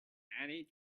allée